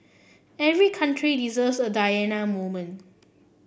every country deserves a Diana moment